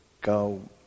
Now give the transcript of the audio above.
go